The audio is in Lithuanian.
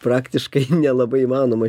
praktiškai nelabai įmanoma